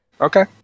Okay